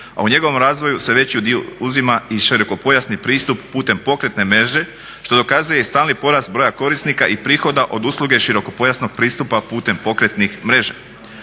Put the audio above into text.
a u njegovom razvoju sve veći udio uzima i širokopojasni pristup putem pokretne mreže što dokazuje i stalni porast broja korisnika i prihoda od usluge širokopojasnog pristupa putem pokretnih mreža.